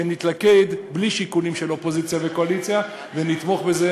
נתלכד בלי שיקולים של אופוזיציה וקואליציה ונתמוך בזה.